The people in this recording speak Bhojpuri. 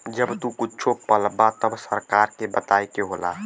जब तू कुच्छो पलबा त सरकार के बताए के होला